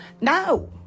No